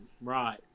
right